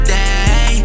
day